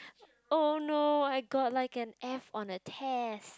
oh no I got like an F on a test